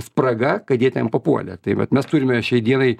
spraga kad jie ten papuolė tai vat mes turime šiai dienai